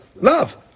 love